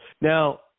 Now